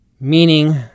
meaning